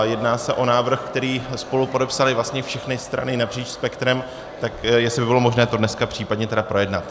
Jedná se o návrh, který spolupodepsaly vlastně všechny strany napříč spektrem, tak jestli by bylo možné to dneska případně tedy projednat.